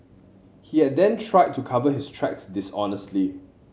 he had then tried to cover his tracks dishonestly